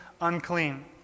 unclean